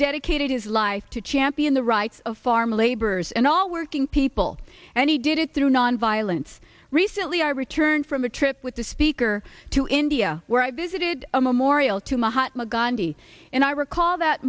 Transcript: dedicated his life to champion the rights of farm laborers and all working people and he did it through nonviolence recently i returned from a trip with the speaker to india where i visited a memorial to mahatma gandhi and i recall that